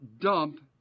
dump